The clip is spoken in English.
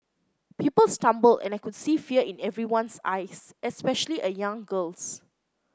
people stumbled and I could see fear in everyone's eyes especially a young girl's